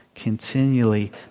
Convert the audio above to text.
continually